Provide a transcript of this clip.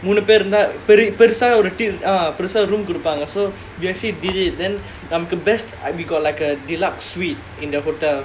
மூணு பேரு இருந்த பெருசா:moonu peru irunthaa perusaa room கொடுப்பாங்க:koduppaanga so we actually did it then நமக்கு:namakku we got like a deluxe suite in the hotel